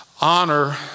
honor